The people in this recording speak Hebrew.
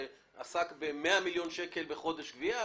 שעסק ב-100 מיליון שקל גבייה בחודש.